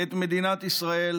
את מדינת ישראל